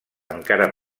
encara